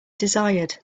desired